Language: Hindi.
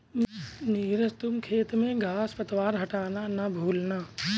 नीरज तुम खेत में घांस पतवार हटाना ना भूलना